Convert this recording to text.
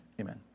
Amen